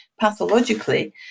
pathologically